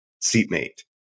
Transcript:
seatmate